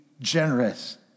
generous